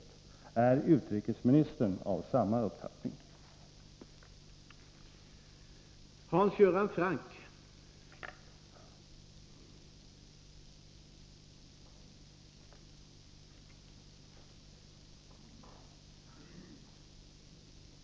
Är utrikesministern av samma uppfattning?